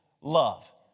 love